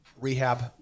rehab